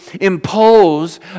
impose